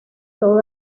todo